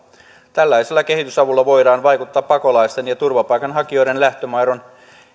tällaisella kehitysavulla voidaan vaikuttaa pakolaisten ja turvapaikanhakijoiden lähtömaiden